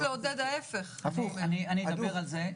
גם הגשתי הצעת חוק --- קובי, תתייחס.